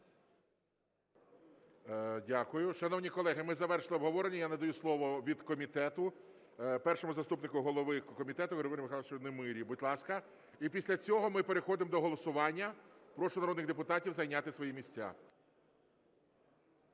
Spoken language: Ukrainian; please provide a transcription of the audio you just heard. Дякую. Шановні колеги, ми завершили обговорення. Я надаю слово від комітету першому заступнику голови комітету Григорію Михайловичу Немирі. Будь ласка. І після цього ми переходимо до голосування. Прошу народних депутатів зайняти свої місця.